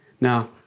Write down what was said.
now